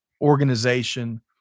organization